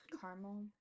Caramel